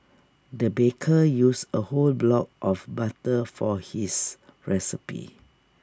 the baker used A whole block of butter for his recipe